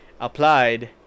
applied